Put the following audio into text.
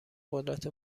قدرت